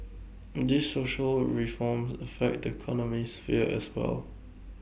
these social reforms affect the economic sphere as well